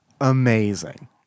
amazing